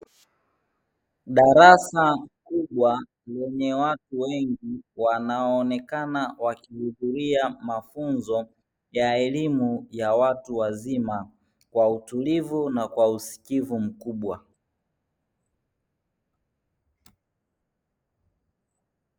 Darasa kubwa lenye watu wengi, wanaoonekana wakihudhuria mafunzo ya elimu ya watu wazima, kwa utulivu na kwa usikivu mkubwa.